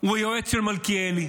הוא היועץ של מלכיאלי.